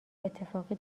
اتفاقی